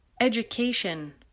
Education